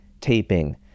taping